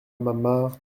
mama